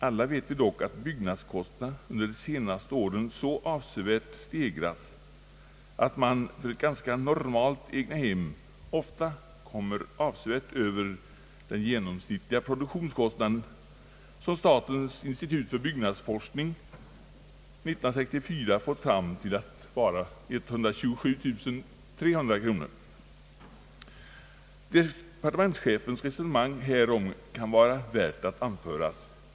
Alla vet vi att byggnadskostnaderna under de senaste åren stegrats så avsevärt att man för ett ganska normalt egnahem ofta kommer åtskilligt över den genomsnittliga produktionskostnaden, som statens institut för byggnadsforskning år 1964 fått fram till att vara 127300 kronor. Departementschefens resonemang härom kan vara värt att anföra.